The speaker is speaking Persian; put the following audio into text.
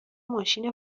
ماشین